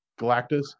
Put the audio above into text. Galactus